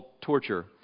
torture